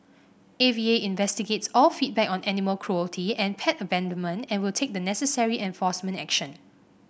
A V A investigates all feedback on animal cruelty and pet abandonment and will take the necessary enforcement action